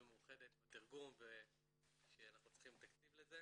מאוחדת שאנחנו צריכים תקציב לתרגום.